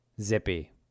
Zippy